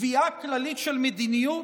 קביעה כללית של מדיניות?